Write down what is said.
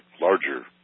larger